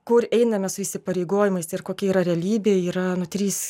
kur einame su įsipareigojimais ir kokia yra realybė yra nu trys